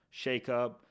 shakeup